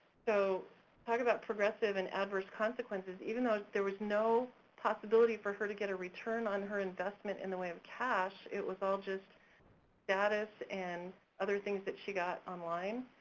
so talk about progressive and adverse consequences, even though there was no possibility for her to get a return on her investment in the way um cash, it was all just status and other things that she got online,